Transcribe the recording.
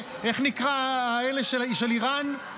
איך נקרא האלה של איראן?